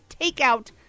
takeout